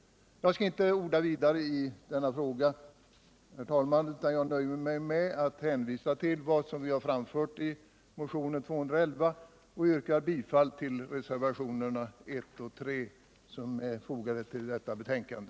Jag skall inte orda vidare i denna fråga, herr talman, utan jag nöjer mig med att hänvisa till vad vi framfört i motionen 211 och yrka bifall till reservationerna 1 och 3, som är fogade till detta betänkande.